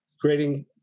Grading